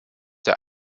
der